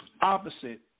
Opposite